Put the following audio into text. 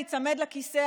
להיצמד לכיסא,